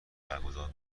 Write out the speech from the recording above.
برگزار